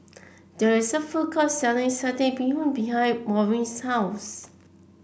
there is a food court selling Satay Bee Hoon behind Maureen's house